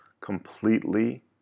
completely